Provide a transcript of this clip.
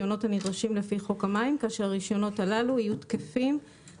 למתן רישיונות לפי חוק המים ולקבוע את תנאיהם,